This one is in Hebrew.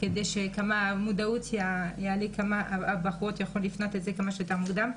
כדי שבנות יוכלו לפנות לזה כמה שיותר מוקדם.